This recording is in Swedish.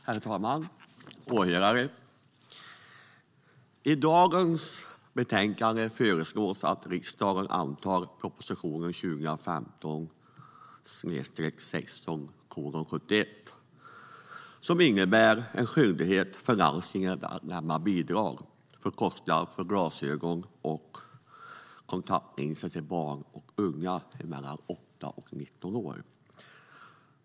Herr talman och åhörare! I detta betänkande föreslås att riksdagen antar propositionen 2015/16:71, som innebär en skyldighet för landstingen att lämna bidrag för kostnad för glasögon och kontaktlinser till barn och unga mellan 8 och 19 år.